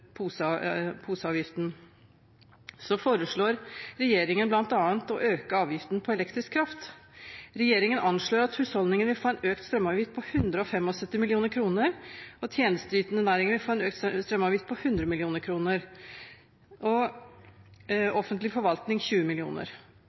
fra poseavgiften foreslår regjeringen bl.a. å øke avgiften på elektrisk kraft. Regjeringen anslår at husholdningene vil få en økt strømavgift på 175 mill. kr, tjenesteytende næringer vil få økt en strømavgift på 100 mill. kr og offentlig forvaltning på 20